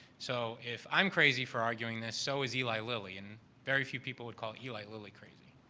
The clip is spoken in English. so, if i'm crazy for arguing this, so is eli lily and very few people would call eli lily crazy.